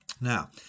Now